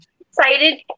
excited